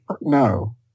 no